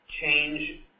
change